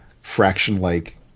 fraction-like